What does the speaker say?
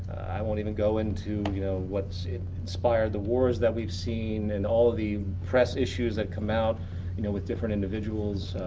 i won't even go into you know what's inspired the wars that we've seen and all the press issues that come out you know with different individuals.